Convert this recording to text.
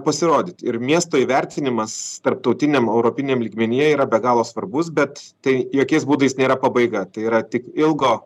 pasirodyt ir miesto įvertinimas tarptautiniam europiniam lygmenyje yra be galo svarbus bet tai jokiais būdais nėra pabaiga tai yra tik ilgo